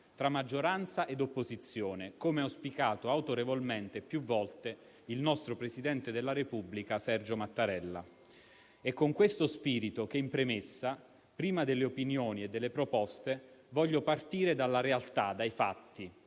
tra maggioranza e opposizione, come ha auspicato autorevolmente più volte il nostro presidente della Repubblica Sergio Mattarella. È con questo spirito che in premessa, prima delle opinioni e delle proposte, voglio partire dalla realtà, dai fatti.